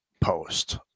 post